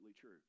true